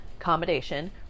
accommodation